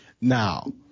Now